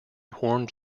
horned